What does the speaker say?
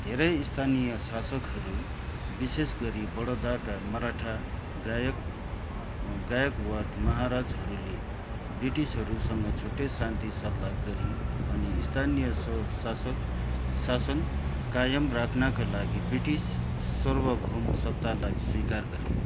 धेरै स्थानीय शासकहरू विशेष गरी बडोदाका मराठा गायक गायकवाड महाराजहरूले ब्रिटिसहरूसँग छुट्टै शान्ति सल्लाह गरी अनि स्थानीय स्वशासक शासन कायम राख्नाका लागि ब्रिटिस सार्वभौमसत्तालाई स्वीकार गरे